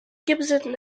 gibson